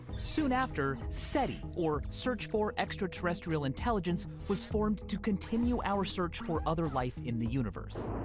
soon after, seti, or search for extraterrestrial intelligence, was formed to continue our search for other life in the universe.